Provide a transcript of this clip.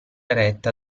eretta